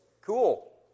Cool